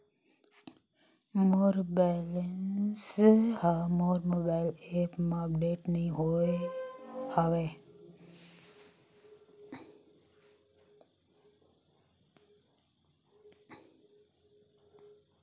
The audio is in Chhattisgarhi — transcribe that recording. मोर बैलन्स हा मोर मोबाईल एप मा अपडेट नहीं होय हवे